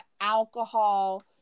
alcohol